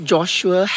Joshua